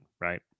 right